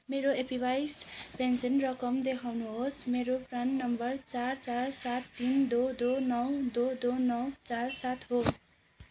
मेरो एपिवाईस पेन्सन रकम देखाउनुहोस् मेरो प्रान नम्बर चार चार सात तिन दो दो नौ दो दो नौ चार सात हो